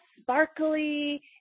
sparkly